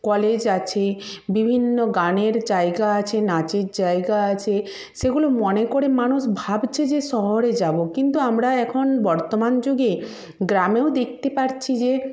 college আছে বিভিন্ন গানের জায়গা আছে নাচের জায়গা আছে সেগুলি মনে করে মানুষ ভাবছে যে শহরে যাবো কিন্তু আমরা এখন বর্তমান যুগে গ্রামেও দেখতে পাচ্ছি যে